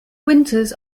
winters